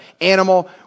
animal